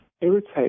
irritate